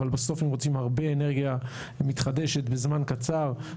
אבל בסוף אם רוצים הרבה אנרגיה מתחדשת בזמן קצר,